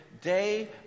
day